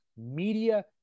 media